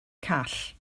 call